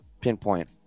pinpoint